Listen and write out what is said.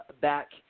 back